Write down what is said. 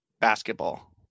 basketball